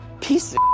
piece